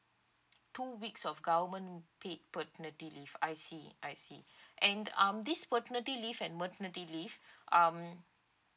two weeks of government paid paternity leave I see I see and um this paternity leave and maternity leave um